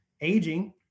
aging